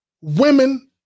women